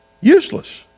Useless